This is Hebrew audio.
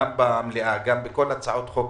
גם במליאה וגם בכל הצעות החוק